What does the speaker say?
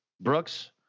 Brooks